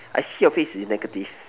I see your face is negative